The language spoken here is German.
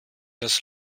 das